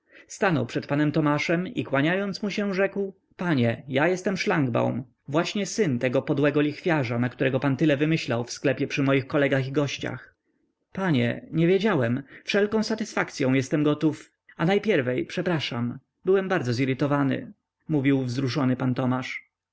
stanął przed panem tomaszem i kłaniając mu się rzekł panie ja jestem szlangbaum właśnie syn tego podłego lichwiarza na którego pan tyle wymyślał w sklepie przy moich kolegach i gościach panie nie wiedziałem wszelką satysfakcyą jestem gotów a najpierwiej przepraszam byłem bardzo zirytowany mówił wzruszony pan tomasz